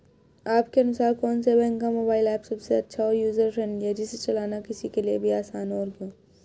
आपके अनुसार कौन से बैंक का मोबाइल ऐप सबसे अच्छा और यूजर फ्रेंडली है जिसे चलाना किसी के लिए भी आसान हो और क्यों?